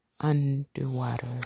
underwater